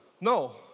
No